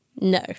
No